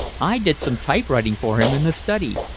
i did some typewriting for him in the study,